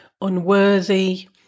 unworthy